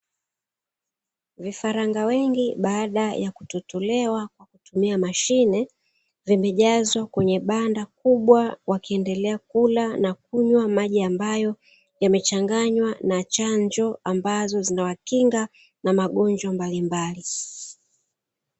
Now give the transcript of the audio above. Vifaranga wengi baada ya kutotolewa kwa kutumia mashine, vimejazwa kwenye banda kubwa, wakiendelea kula na kunywa maji ambayo yamechanganywa na chanjo ambazo zinawakinga na magonjwa mbalimbali.